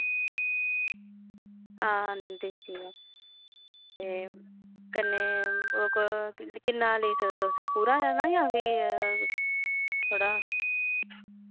हां देसी ऐ ते कन्नै ओह् किन्ना क लेई सकदे तुस पूरा लैना जां फ्ही थोह्ड़ा